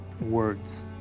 words